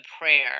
prayer